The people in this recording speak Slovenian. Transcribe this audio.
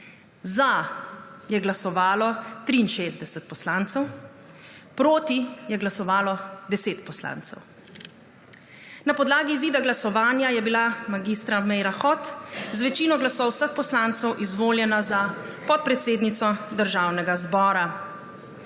Za je glasovalo 63 poslancev, proti je glasovalo 10 poslancev. Na podlagi izida glasovanja je bila mag. Meira Hot z večino glasov vseh poslancev izvoljena za podpredsednico Državnega zbora.